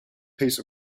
piece